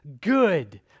good